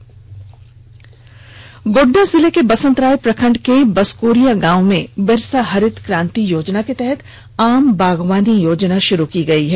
बागवानी गोड्डा जिले के बसंतराय प्रखंड के बसकोरिया गांव में बिरसा हरित क्रांति योजना के तहत आम बागवानी योजना शुरू की गयी है